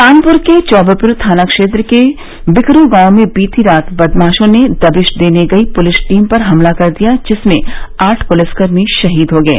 कानपुर के चौबेपुर थाना क्षेत्र के विकरू गांव में बीती रात बदमाशों ने दबिश देने गयी पुलिस टीम पर हमला कर दिया जिसमें आठ पुलिसकर्मी शहीद हो गये